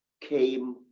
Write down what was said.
came